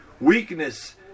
weakness